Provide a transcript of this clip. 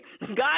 God